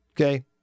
Okay